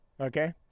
Okay